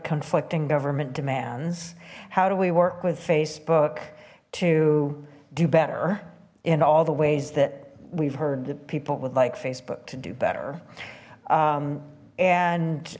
conflicting government demands how do we work with facebook to do better in all the ways that we've heard that people would like facebook do better and and